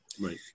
Right